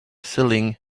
selling